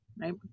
right